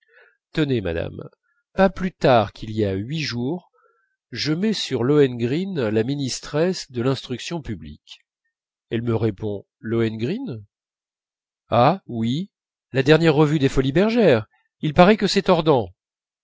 tenez madame pas plus tard qu'il y a huit jours je mets sur lohengrin la ministresse de l'instruction publique elle me répond lohengrin ah oui la dernière revue des folies bergères il paraît que c'est tordant